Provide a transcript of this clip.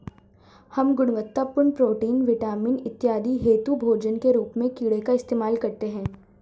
हम गुणवत्तापूर्ण protein, vitamin इत्यादि हेतु भोजन के रूप में कीड़े का इस्तेमाल करते हैं